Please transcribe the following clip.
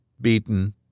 beaten